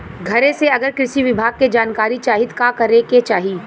घरे से अगर कृषि विभाग के जानकारी चाहीत का करे के चाही?